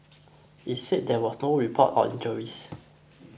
it said there were no report of injuries